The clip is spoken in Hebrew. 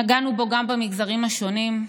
נגענו בו גם במגזרים השונים,